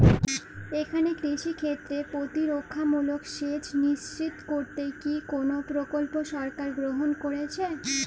এখানে কৃষিক্ষেত্রে প্রতিরক্ষামূলক সেচ নিশ্চিত করতে কি কোনো প্রকল্প সরকার গ্রহন করেছে?